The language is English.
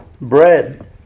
bread